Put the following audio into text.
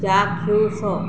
ଚାକ୍ଷୁଷ